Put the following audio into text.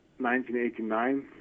1989